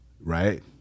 right